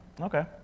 Okay